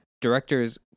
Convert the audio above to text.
director's